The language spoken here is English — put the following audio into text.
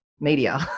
media